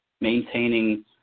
maintaining